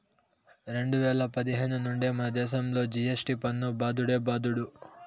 రెండు వేల పదిహేను నుండే మనదేశంలో జి.ఎస్.టి పన్ను బాదుడే బాదుడు